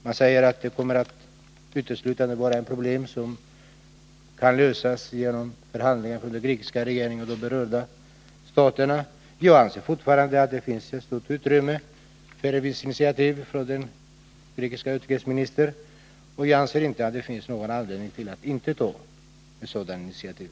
Han säger att det uteslutande är ett problem som måste lösas genom förhandlingar mellan den grekiska regeringen och berörda stater. Jag anser fortfarande att det finns stort utrymme för visst initiativ från den svenske utrikesministern. Och jag kan inte se att det finns någon anledning till att inte ta ett initiativ.